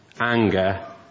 anger